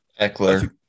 Eckler